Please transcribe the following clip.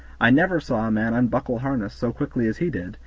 i never saw a man unbuckle harness so quickly as he did,